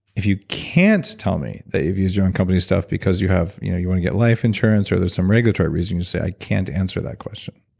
if you can't tell me that you've used your own company stuff because you have. you know, you want to get life insurance or there's some regulatory reasons, you say, i can't answer that question.